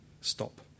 stop